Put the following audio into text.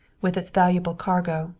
with its valuable cargo,